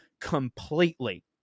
completely